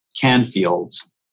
Canfield's